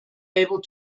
able